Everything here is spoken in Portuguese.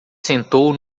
sentou